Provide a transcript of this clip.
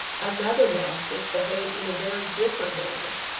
another mastiff behaved in a very different manner.